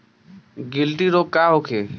गिलटी रोग का होखे?